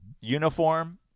uniform